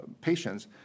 patients